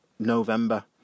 November